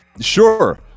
sure